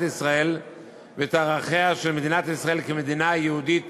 ישראל ואת ערכיה של מדינת ישראל כמדינה יהודית